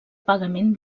pagament